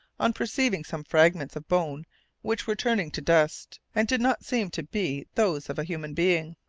on perceiving some fragments of bones which were turning to dust, and did not seem to be those of a human being.